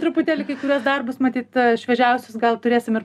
truputėlį kai kuriuos darbus matyt šviežiausius gal turėsim ir